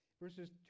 verses